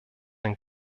ein